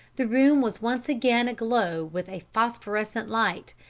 the room was once again aglow with a phosphorescent light,